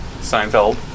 Seinfeld